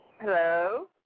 Hello